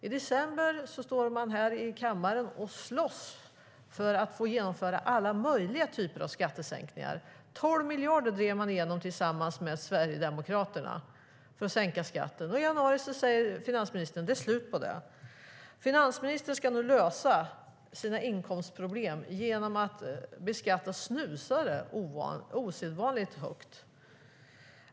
I december stod man här i kammaren och slogs för att få genomföra alla möjliga typer av skattesänkningar. 12 miljarder drev man igenom tillsammans med Sverigedemokraterna för att sänka skatten. I januari säger finansministern: Det är slut på det. Finansministern ska nu lösa sina inkomstproblem genom att beskatta snusare osedvanligt högt.